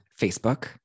Facebook